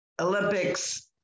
Olympics